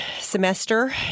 semester